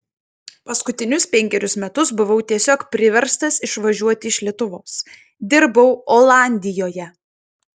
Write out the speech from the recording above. paskutinius penkerius metus buvau tiesiog priverstas išvažiuoti iš lietuvos dirbau olandijoje